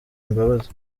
imbabazi